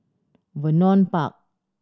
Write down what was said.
Vernon Park